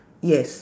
yes